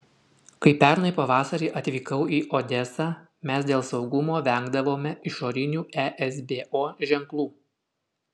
kai pernai pavasarį atvykau į odesą mes dėl saugumo vengdavome išorinių esbo ženklų